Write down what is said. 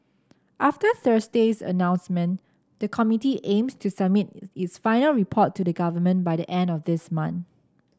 after Thursday's announcement the committee aims to submit its final report to the Government by the end of this month